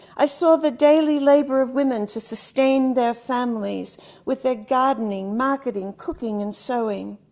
i saw the daily labor of women to sustain their families with their gardening, marketing, cooking and sewing,